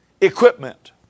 equipment